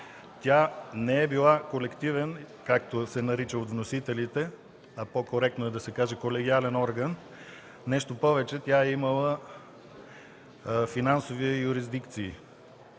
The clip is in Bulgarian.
тя не е била колективен, както се нарича от вносителите, а по-коректно е да се каже колегиален орган. Нещо повече, тя е имала финансови юрисдикции.